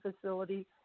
facility